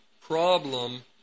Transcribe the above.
problem